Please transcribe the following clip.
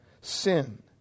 sin